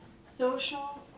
social